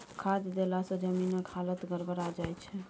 खाद देलासँ जमीनक हालत गड़बड़ा जाय छै